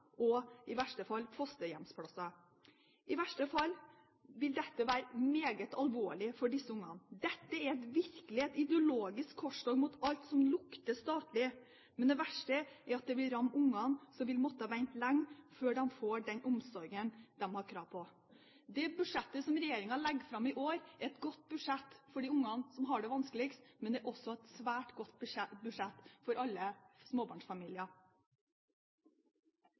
og i verste fall fosterhjemsplasser. Dette vil være meget alvorlig for disse barna. Dette er virkelig et ideologisk korstog mot alt som lukter statlig. Men det verste er at dette vil ramme barna som vil måtte vente lenge før de får den omsorgen de har krav på. Det budsjettet som regjeringen legger fram i år, er et godt budsjett for de barna som har det vanskeligst, men det er også et svært godt budsjett for alle småbarnsfamilier.